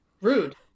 rude